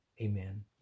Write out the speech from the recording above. Amen